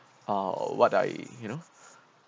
uh what I you know